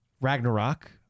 Ragnarok